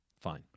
fine